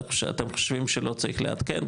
אתם חושבים שלא צריך לעדכן,